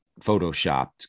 photoshopped